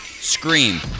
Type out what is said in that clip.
Scream